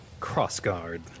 crossguard